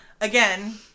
Again